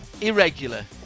irregular